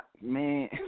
Man